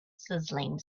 sizzling